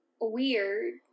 weird